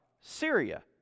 Syria